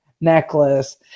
necklace